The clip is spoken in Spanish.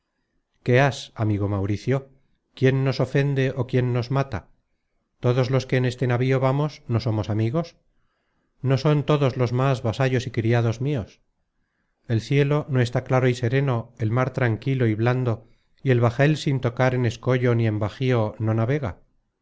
has amigo mauricio quién nos ofende ó quién nos mata todos los que en este navío vamos no somos amigos no son todos los más vasallos y criados mios el cielo no está claro y sereno el mar tranquilo y blando y el bajel sin tocar en escollo ni en bajío no navega